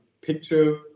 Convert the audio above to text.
picture